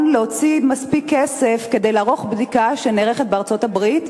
להוציא מספיק כסף כדי לערוך בדיקה שנערכת בארצות-הברית,